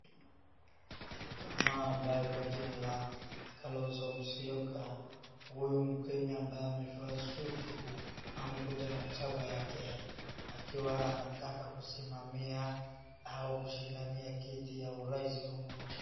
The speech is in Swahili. Jamaa ambaye kwa jina la Kalonzo Musyoka. Huyu mkenya ambaye amevaa suti amekuja na chama yake akiwa anataka kusimamia au kushindania kiti ya urais humu nchini.